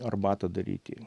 arbatą daryti